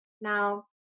Now